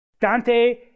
Dante